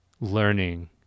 learning